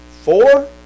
Four